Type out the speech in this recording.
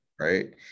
right